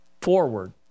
forward